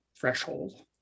threshold